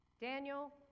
Daniel